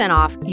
off